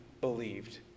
believed